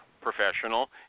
professional